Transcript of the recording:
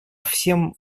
всем